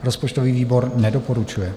Rozpočtový výbor nedoporučuje.